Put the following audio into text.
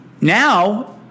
Now